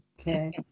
Okay